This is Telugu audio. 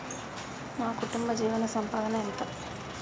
మా కుటుంబ జీవన సంపాదన ఎంత?